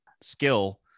skill